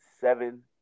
seven